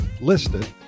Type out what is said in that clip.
listed